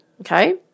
okay